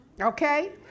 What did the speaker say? okay